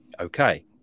okay